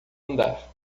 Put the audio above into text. andar